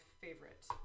favorite